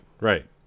right